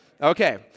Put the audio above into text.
Okay